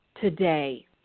today